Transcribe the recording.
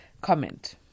comment